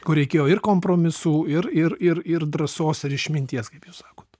kur reikėjo ir kompromisų ir ir ir ir drąsos ir išminties kaip jūs sakot